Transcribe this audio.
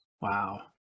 Wow